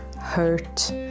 hurt